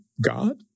God